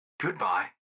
Goodbye